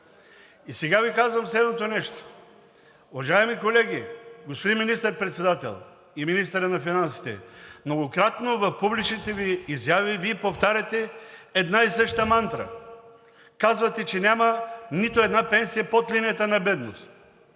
И сега Ви казвам следното нещо, уважаеми колеги, господин Министър председател и Министър на финансите, многократно в публичните Ви изяви Вие повтаряте една и съща мантра – казвате, че няма нито една пенсия под линията на бедност.